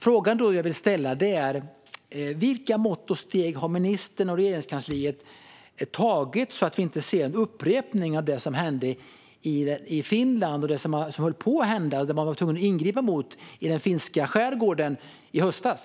Frågan jag vill ställa är: Vilka mått och steg har ministern och Regeringskansliet tagit för att vi inte ska se en upprepning av det som höll på att hända i Finland och som man var tvungen att ingripa mot i den finska skärgården i höstas?